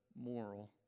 moral